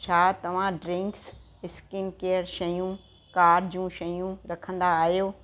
छा तव्हां drinks skin care शयूं कार जूं शयूं रखंदा आहियो